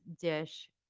dish